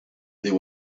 there